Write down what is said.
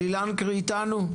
אלי לנקרי איתנו?